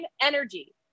energy